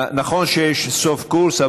נכון שיש סוף קורס,